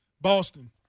Boston